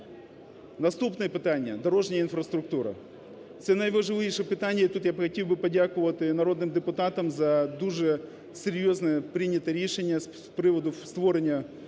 Наступне питання. Дорожня інфраструктура. Це найважливіше питання. І тут я хотів би подякувати народним депутатам за дуже серйозне прийняте рішення з приводу створення фонду,